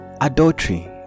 adultery